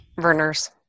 Verner's